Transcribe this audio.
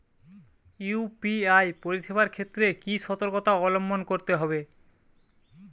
UPI পরিসেবার ক্ষেত্রে কি সতর্কতা অবলম্বন করতে হবে?